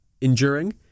enduring